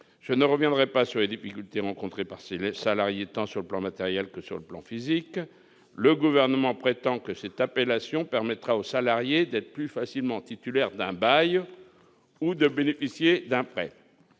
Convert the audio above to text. je ne reviendrai pas sur les difficultés rencontrées par ces mêmes salariés tant sur le plan matériel que sur le plan physique le gouvernement prétend que cette appellation permettra aux salariés d'être plus facilement, titulaire d'un bail ou de bénéficier d'un prêt